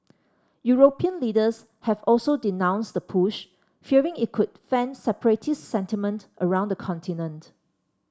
European leaders have also denounced the push fearing it could fan separatist sentiment around the continent